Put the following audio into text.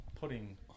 pudding